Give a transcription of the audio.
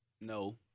No